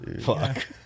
Fuck